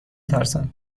ترسم